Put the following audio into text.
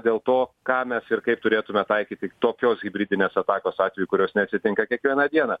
dėl to ką mes ir kaip turėtume taikyti tokios hibridinės atakos atveju kurios neatsitinka kiekvieną dieną